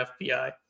FBI